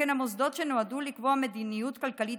וכן המוסדות שנועדו לקבוע מדיניות כלכלית